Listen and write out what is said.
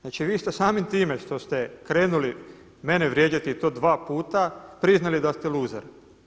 Znači vi ste samim time što ste krenuli mene vrijeđati i to dva puta priznali da ste luzer.